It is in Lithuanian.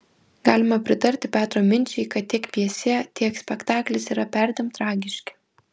galima pritarti petro minčiai kad tiek pjesė tiek spektaklis yra perdėm tragiški